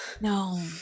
No